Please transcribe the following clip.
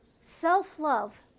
self-love